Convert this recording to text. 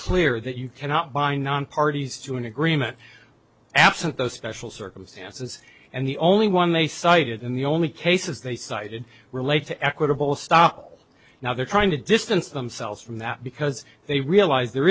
clear that you cannot by non parties to an agreement absent those special circumstances and the only one they cited in the only cases they cited relate to equitable stop now they're trying to distance themselves from that because they realize there